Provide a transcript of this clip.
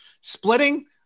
splitting